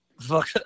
fuck